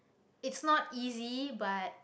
it's not easy but